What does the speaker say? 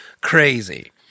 crazy